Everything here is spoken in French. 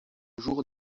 jour